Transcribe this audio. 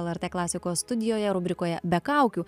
lrt klasikos studijoje rubrikoje be kaukių